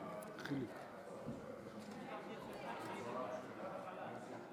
מתייחס לנאום הזה כמו שהקונגרס מתייחס לנאום הזה?